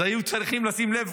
אז היו צריכים לשים לב,